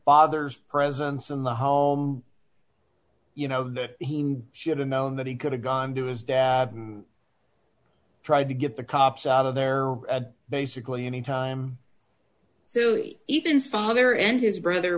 father's presence in the home you know that he should have known that he could have gone to his dad tried to get the cops out of there at basically any time so it even father and his brother